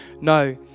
no